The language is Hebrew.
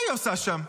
מה היא עושה שם?